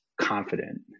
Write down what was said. confident